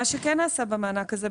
מה שכן נעשה במענק הזה,